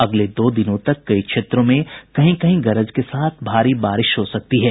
अगले दो दिनों तक कई क्षेत्रों में कहीं कहीं गरज के साथ भारी बारिश हो सकती है